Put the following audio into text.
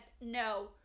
no